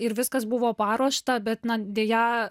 ir viskas buvo paruošta bet deja